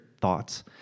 thoughts